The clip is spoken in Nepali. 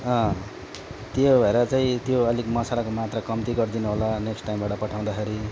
त्यो भएर चाहिँ त्यो अलिक मसालाको मात्रा कम्ती गरिदिनु होला नेक्स्ट टाइमबाट पठाउँदाखेरि